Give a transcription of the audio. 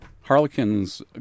Harlequin's